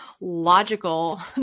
logical